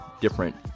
different